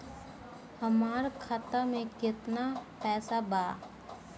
हमार खाता में केतना पैसा बा?